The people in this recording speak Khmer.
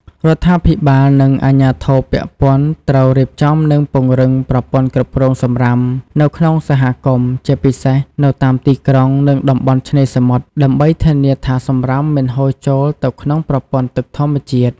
រដ្ឋាភិបាលនិងអាជ្ញាធរពាក់ព័ន្ធត្រូវរៀបចំនិងពង្រឹងប្រព័ន្ធគ្រប់គ្រងសំរាមនៅក្នុងសហគមន៍ ជាពិសេសនៅតាមទីក្រុង និងតំបន់ឆ្នេរសមុទ្រ ដើម្បីធានាថាសំរាមមិនហូរចូលទៅក្នុងប្រព័ន្ធទឹកធម្មជាតិ។